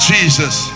Jesus